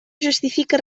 justifica